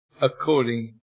according